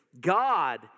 God